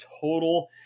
total